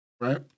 right